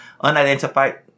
unidentified